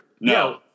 No